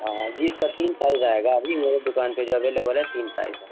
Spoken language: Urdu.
ہاں جی اس کا تین سائز آئے گابھی میرے دکان پہ جو اویلیبل ہے تین سائز ہے